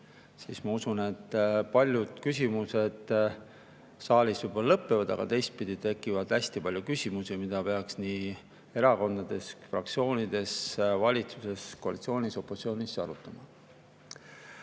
siis ma usun, et paljud küsimused saalis võib-olla lõpevad, aga teistpidi tekib hästi palju küsimusi, mida peaks erakondades, fraktsioonides, valitsuses, koalitsioonis ja opositsioonis arutama. Ma